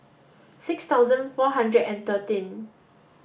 six thousand four hundred and thirteen